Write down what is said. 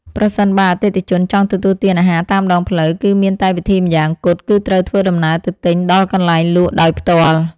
ប្រសិនបើអតិថិជនចង់ទទួលទានអាហារតាមដងផ្លូវគឺមានតែវិធីម្យ៉ាងគត់ គឺត្រូវធ្វើដំណើរទៅទិញដល់កន្លែងលក់ដោយផ្ទាល់។